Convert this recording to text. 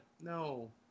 No